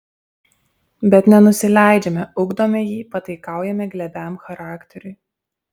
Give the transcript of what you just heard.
bet nenusileidžiame ugdome jį pataikaujame glebiam charakteriui